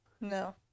No